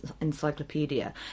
encyclopedia